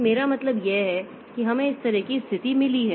तो मेरा मतलब यह है कि हमें इस तरह की स्थिति मिली है